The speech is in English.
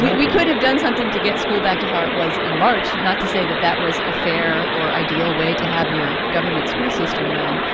we could have done something to get school back to how it was in march. not to say that that was a fair or ideal way to have your government school system run.